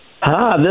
Hi